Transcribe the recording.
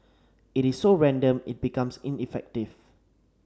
it is so random it becomes ineffective